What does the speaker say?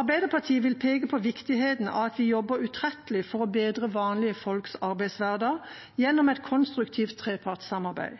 Arbeiderpartiet vil peke på viktigheten av at vi jobber utrettelig for å bedre vanlige folks arbeidshverdag gjennom et konstruktivt trepartssamarbeid.